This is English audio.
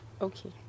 Okay